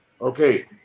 Okay